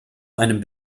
einem